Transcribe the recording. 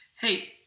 Hey